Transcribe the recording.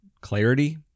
clarity